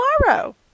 tomorrow